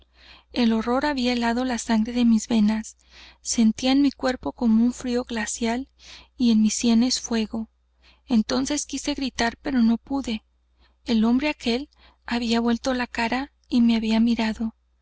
el horror había helado la sangre de mis venas sentía en mi cuerpo como un frío glacial y en mis sienes fuego entonces quise gritar pero no pude el hombre aquel había vuelto la cara y me había mirado